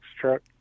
truck